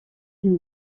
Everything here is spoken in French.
une